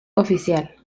oficial